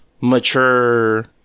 mature